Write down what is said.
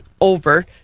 over